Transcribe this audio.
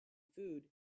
food